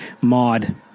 Mod